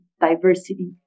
diversity